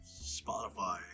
Spotify